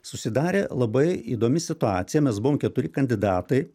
susidarė labai įdomi situacija mes buvom keturi kandidatai